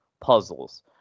puzzles